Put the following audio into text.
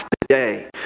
today